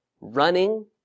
running